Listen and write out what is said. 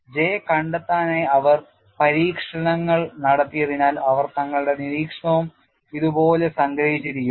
J കണ്ടെത്താനായി അവർ പരീക്ഷണങ്ങൾ നടത്തിയതിനാൽ അവർ തങ്ങളുടെ നിരീക്ഷണവും ഇതുപോലെ സംഗ്രഹിച്ചിരിക്കുന്നു